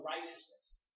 righteousness